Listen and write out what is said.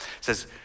says